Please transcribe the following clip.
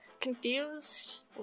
confused